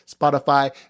Spotify